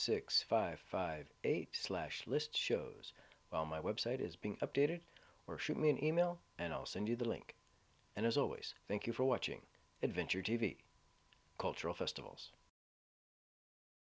six five five eight slash list shows well my website is being updated or shoot me an email and i'll send you the link and as always thank you for watching adventure t v cultural festivals